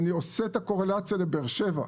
אני עושה את הקורלציה לבאר שבע,